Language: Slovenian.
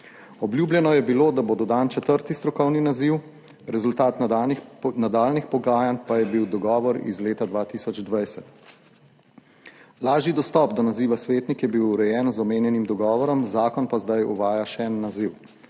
Obljubljeno je bilo, da bo dodan četrti strokovni naziv, rezultat nadaljnjih pogajanj pa je bil dogovor iz leta 2020. Lažji dostop do naziva svetnik je bil urejen 25. TRAK: (TB) – 12.00 (nadaljevanje) z omenjenim dogovorom, zakon pa zdaj uvaja še en naziv.